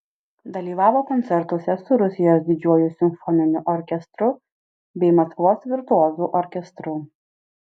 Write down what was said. dalyvavo koncertuose su rusijos didžiuoju simfoniniu orkestru bei maskvos virtuozų orkestru